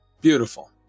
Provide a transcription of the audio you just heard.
Beautiful